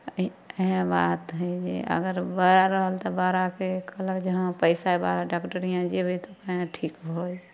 ई इएह बात हइ जे अगर बड़ा रहल तऽ बड़ाकेँ कहलक जे हँ पैसा हइ बाहर डाक्टरके यहाँ जयबै तऽ अपने ठीक भऽ जयबै